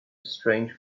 strange